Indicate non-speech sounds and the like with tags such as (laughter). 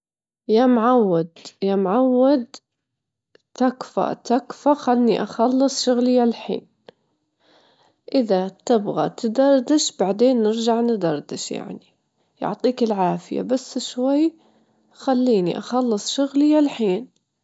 أكيد أنا كمعلمة لازم أغير أسلوب الشرح (hesitation) لمان أشرح لطلابي، وأخلي الدرس وايد ممتع ويستانسون بدل يتعلمون ويستانسون، يعني استخدم أسئلة مفتوحة، استخدم لهم نشاط يلعبون اجتب انتباههم يعني، وأعطيهم فترةات راحة.